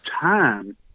time